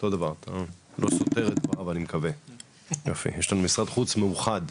יש לנו כאן משרד חוץ מאוחד,